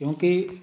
क्योंकि